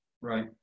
Right